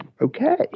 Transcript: okay